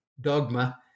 dogma